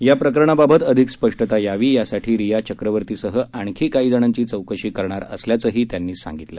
या प्रकरणाबाबत अधिक स्पष्टता यावी यासाठी रिया चक्रवर्तीसह आणखी काही जणांची चौकशी करणार असल्याचंही त्यांनी सांगितलं